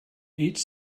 each